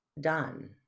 done